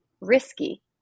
risky